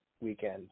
weekend